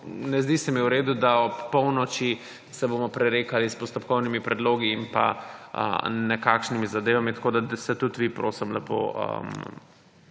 ne zdi se mi v redu, da se bomo opolnoči prerekali s postopkovnimi predlogi in nekakšnimi zadevami. Tako da se tudi vi, prosim, lepo